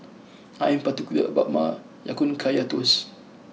I am particular about my Ya Kun Kaya Toast